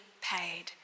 paid